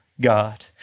God